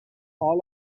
all